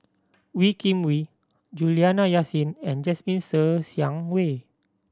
Wee Kim Wee Juliana Yasin and Jasmine Ser Xiang Wei